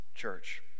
church